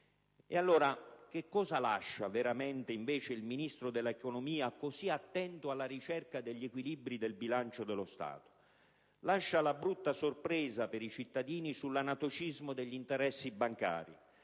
Ed allora, che cosa lascia veramente il Ministro dell'economia, così attento alla ricerca degli equilibri del bilancio dello Stato? Lascia la brutta sorpresa per i cittadini sull'anatocismo degli interessi bancari,